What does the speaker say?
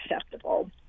acceptable